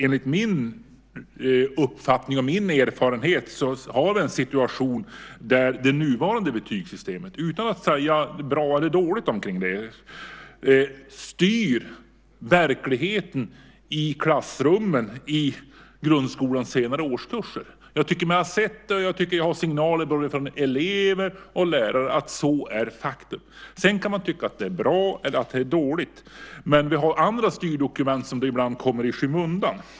Enligt min uppfattning och erfarenhet har vi en situation där det nuvarande betygssystemet - utan att säga om det är bra eller dåligt - styr verkligheten i klassrummen i grundskolans senare årskurser. Jag tycker mig ha sett det och jag har signaler från både elever och lärare att det är så. Man kan tycka att det är bra eller dåligt. Vi har andra styrdokument som ibland kommer i skymundan.